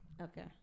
Okay